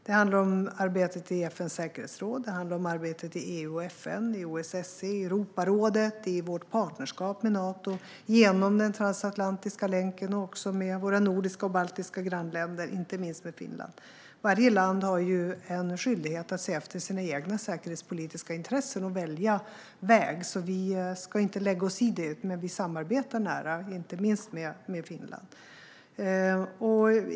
Det handlar om arbetet i FN:s säkerhetsråd och i EU, FN, OSSE och Europarådet samt i vårt partnerskap med Nato genom den transatlantiska länken och också med våra nordiska och baltiska grannländer, inte minst Finland. Varje land har en skyldighet att se efter sina egna säkerhetspolitiska intressen och välja väg. Vi ska inte lägga oss i detta, men vi samarbetar nära, inte minst med Finland.